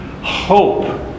Hope